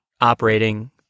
operating